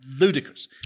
ludicrous